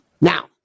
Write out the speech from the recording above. Now